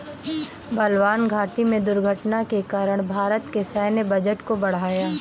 बलवान घाटी में दुर्घटना के कारण भारत के सैन्य बजट को बढ़ाया